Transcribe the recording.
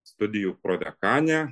studijų prodekanę